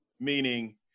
Meaning